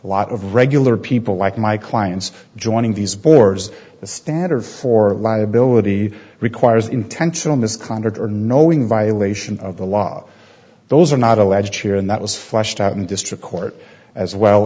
a lot of regular people like my clients joining these boards the standard for liability requires intentional misconduct or knowing violations of the law those are not alleged here and that was flushed out in district court as well